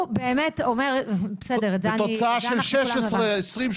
אנחנו נבנה את שלושת היחידות האלה בכל מקרה.